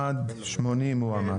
40-80 הוא אמר.